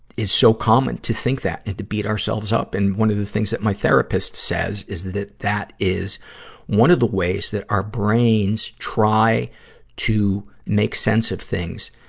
is so common to think that and to beat ourselves up. and one of the things that my therapists says is that that is one of the ways that our brains try to make sense of things,